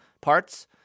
parts